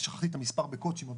שכחתי את המספר בקוט"שים,